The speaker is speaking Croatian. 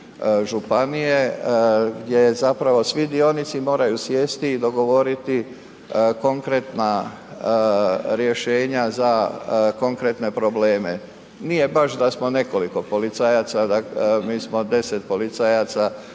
županije gdje je zapravo svi dionici moraju sjesti i dogovoriti konkretna rješenja za konkretne probleme. Nije baš da smo nekoliko policajaca, mi smo 10 policajaca